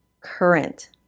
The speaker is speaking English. current